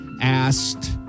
asked